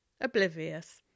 Oblivious